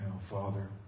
Father